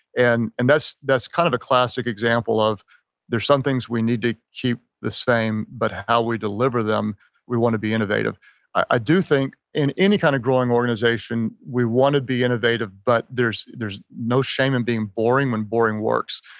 and and that's that's kind of a classic example of there's some things we need to keep the same, but how we deliver them we want to be innovative i do think in any kind of growing organization we want to be innovative, but there's there's no shame in being boring when boring works.